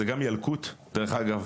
זה גם ילקוט, דרך אגב.